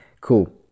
Cool